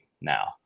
now